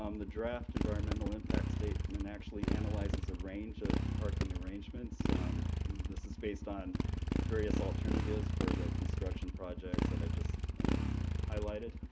um the draft environmental impact statement actually analyzes a range of parking arrangements, and this is based on various alternatives for the construction projects that i just highlighted.